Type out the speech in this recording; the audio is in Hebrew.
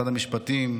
משרד המשפטים,